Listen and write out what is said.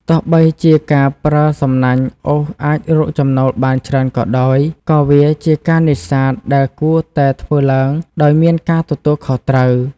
ទោះបីជាការប្រើសំណាញ់អូសអាចរកចំណូលបានច្រើនក៏ដោយ ក៏វាជាការនេសាទដែលគួរតែធ្វើឡើងដោយមានការទទួលខុសត្រូវ។